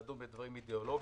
לדון בדברים אידיאולוגיים?